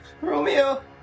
Romeo